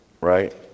right